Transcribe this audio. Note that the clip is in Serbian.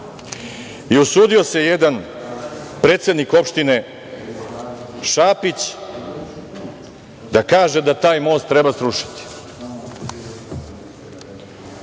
Usudio se jedan predsednik opštine Šapić da kaže da taj most treba srušiti.